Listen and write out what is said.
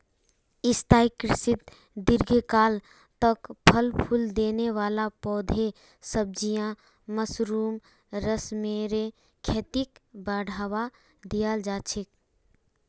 स्थाई कृषित दीर्घकाल तक फल फूल देने वाला पौधे, सब्जियां, मशरूम, रेशमेर खेतीक बढ़ावा दियाल जा छे